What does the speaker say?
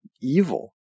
evil